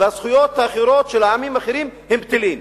והזכויות האחרות של העמים האחרים הן בטלות?